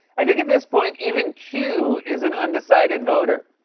i think, at this point, even q is an undecided voter.